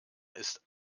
ist